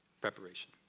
preparation